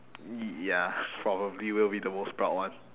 y~ ya probably will be the most proud one